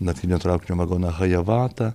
naktinio traukinio vagoną hajevata